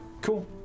Cool